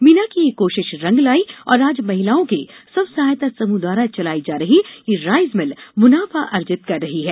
मीना की ये कोशिश रंग लाई और आज महिलाओं के स्वसहायता समूह द्वारा चलाई जा रही ये राइंसमिल मूनाफा अर्जित कर रही है